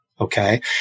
Okay